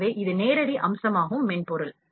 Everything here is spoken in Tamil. எனவே இது நேரடி அம்சமாகும் மென்பொருள்